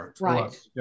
Right